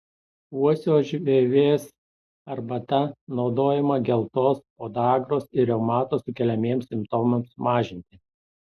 uosio žievės arbata naudojama geltos podagros ir reumato sukeliamiems simptomams mažinti